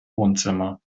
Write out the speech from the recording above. wohnzimmer